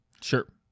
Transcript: Sure